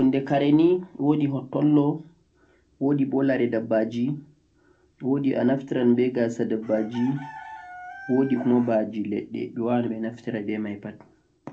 hunde karee nii wodi hottollo, wodi laree dabbaji, wodi gasa dabbaji, wodi ba